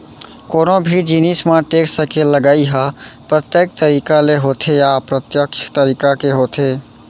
कोनो भी जिनिस म टेक्स के लगई ह प्रत्यक्छ तरीका ले होथे या अप्रत्यक्छ तरीका के होथे